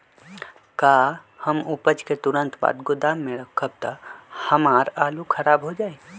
का हम उपज के तुरंत बाद गोदाम में रखम त हमार आलू खराब हो जाइ?